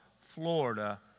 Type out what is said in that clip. Florida